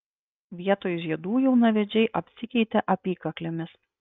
vietoj žiedų jaunavedžiai apsikeitė apykaklėmis